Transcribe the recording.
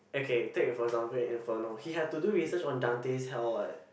okay take for example in Inferno he had to do research on Dante Hell what